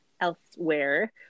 elsewhere